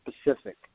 specific